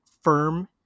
firm